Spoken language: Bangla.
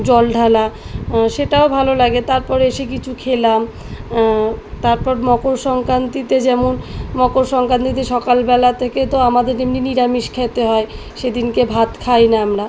জল ঢালা সেটাও ভালো লাগে তারপর এসে কিছু খেলাম তারপর মকর সংক্রান্তিতে যেমন মকর সংক্রান্তিতে সকালবেলা থেকে তো আমাদের এমনি নিরামিষ খেতে হয় সেদিনকে ভাত খাই না আমরা